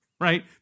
right